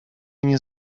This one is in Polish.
nie